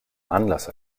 anlasser